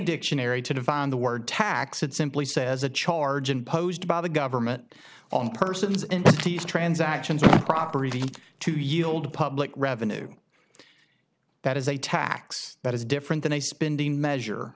dictionary to define the word tax it simply says a charge imposed by the government on persons in these transactions property to yield public revenue that is a tax that is different than a spending measure